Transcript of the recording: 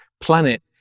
planet